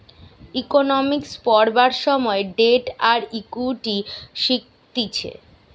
economics পড়বার সময় debt আর ইকুইটি শিখতিছে